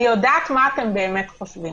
אני יודעת מה אתם באמת חושבים.